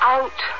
Out